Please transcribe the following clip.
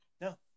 No